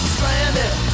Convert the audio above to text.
Stranded